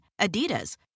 Adidas